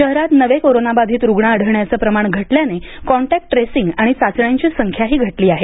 शहरात नवे कोरोनाबाधित रुग्ण आढळण्याचे प्रमाण घटल्याने कॉन्टॅक्ट ट्रेसिंग आणि चाचण्यांची संख्याही घटली आहे